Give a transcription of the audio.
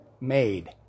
made